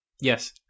Yes